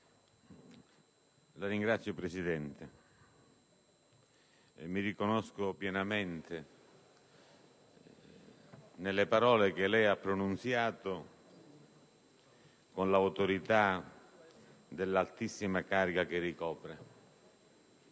Signor Presidente, mi riconosco pienamente nelle parole che lei ha pronunziato con l'autorità dell'altissima carica che ricopre.